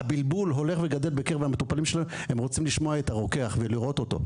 הבלבול הולך וגדל בקרב המטופלים והם רוצים לשמוע את הרוקח ולראות אותו.